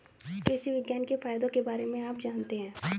कृषि विज्ञान के फायदों के बारे में आप जानते हैं?